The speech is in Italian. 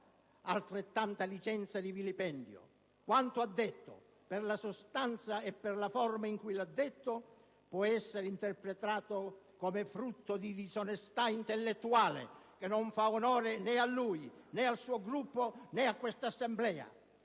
altrettanta licenza di vilipendio. Quanto ha dichiarato, per la sostanza e per la forma in cui l'ha fatto, può essere interpretato come frutto di disonestà intellettuale, che non fa onore né a lui, né al suo Gruppo, né a questa Assemblea.